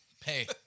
Pay